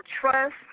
trust